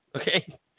okay